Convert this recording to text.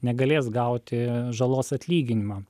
negalės gauti žalos atlyginimą